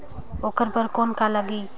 ओकर बर कौन का लगी?